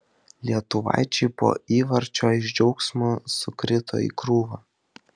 lietuvaičiai po įvarčio iš džiaugsmo sukrito į krūvą